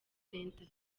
center